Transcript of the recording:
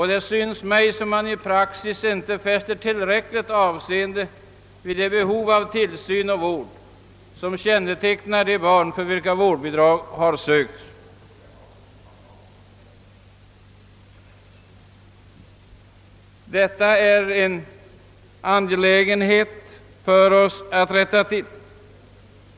Det synes mig som om man i praxis inte fäster tillräckligt avseende vid det behov av tillsyn och vård, som föreligger för de barn som bidragsansökningarna avser. Det är angeläget att rätta till detta förhållande.